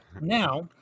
Now